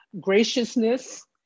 graciousness